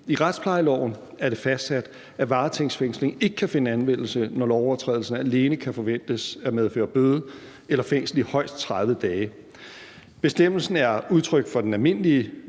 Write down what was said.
I retsplejeloven er det fastsat, at varetægtsfængsling ikke kan finde anvendelse, når lovovertrædelsen alene kan forventes at medføre bøde eller fængsel i højst 30 dage. Bestemmelsen er udtryk for den almindelige